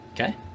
Okay